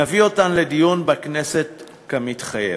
נביא אותן לדיון בכנסת כמתחייב.